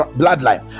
bloodline